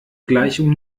gleichung